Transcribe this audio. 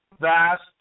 Vast